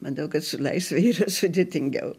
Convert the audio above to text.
todėl kad su laisve yra sudėtingiau